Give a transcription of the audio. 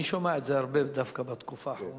אני שומע את זה דווקא הרבה בתקופה האחרונה,